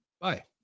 Bye